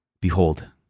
Behold